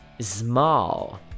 Small